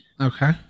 Okay